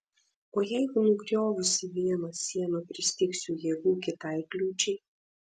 o jeigu nugriovusi vieną sieną pristigsiu jėgų kitai kliūčiai